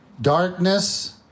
darkness